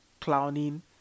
clowning